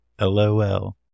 LOL